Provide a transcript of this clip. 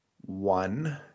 one